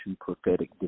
prophetic